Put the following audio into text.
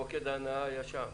מוקד ההנאה היה שם.